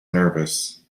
nervous